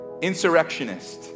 Insurrectionist